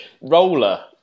roller